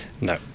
No